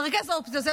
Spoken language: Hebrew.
אני מרכזת האופוזיציה.